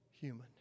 human